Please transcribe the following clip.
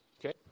Okay